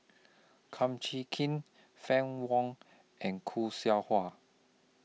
Kum Chee Kin Fann Wong and Khoo Seow Hwa